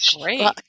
Great